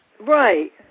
Right